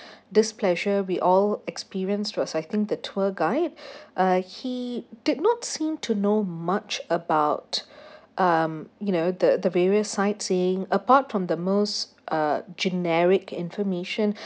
displeasure we all experience was I think the tour guide uh he did not seem to know much about um you know the the various sightseeing apart from the most uh generic information